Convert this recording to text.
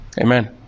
amen